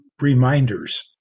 reminders